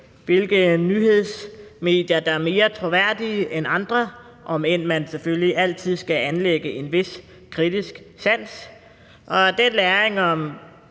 hvilke nyhedsmedier der er mere troværdige end andre, om end man selvfølgelig altid skal anlægge en vis kritisk sans. Og læringen om